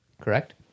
correct